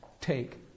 take